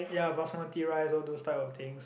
ya basmati rice all those type of things